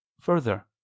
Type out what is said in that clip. Further